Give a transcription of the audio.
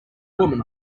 woman